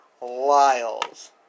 Lyles